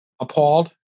Appalled